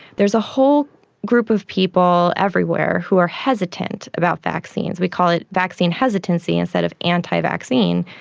there's a whole group of people everywhere who are hesitant about vaccines. we call it vaccine hesitancy instead of anti-vaccine,